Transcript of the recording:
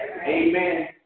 Amen